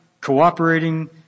cooperating